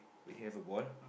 but you have a ball